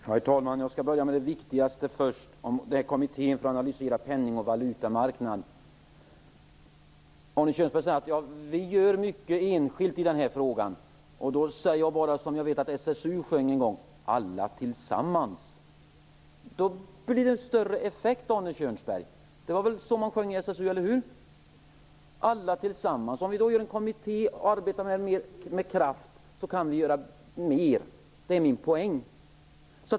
Herr talman! Jag skall börja med det viktigaste, nämligen kommittén för att analysera penning och valutamarknaden. Arne Kjörnsberg säger att man gör mycket enskilt i den här frågan. Då säger jag bara det jag vet att SSU sjöng en gång: Alla tillsammans! Då blir det större effekt, Arne Kjörnsberg. Det var väl så man sjöng i SSU, eller hur? Alla tillsammans! Om vi då tillsätter en kommitté och arbetar med detta med kraft kan vi göra mer. Det är min poäng.